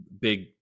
big